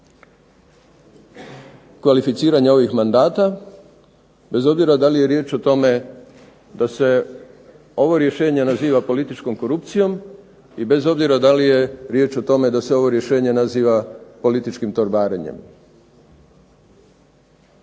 kvalificiranju ovih mandata, bez obzira da li je riječ o tome da se ovo rješenje naziva političkom korupcijom i bez obzira da li je riječ o tome da se ovo rješenje naziva političkim torbarenjem.